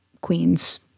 queens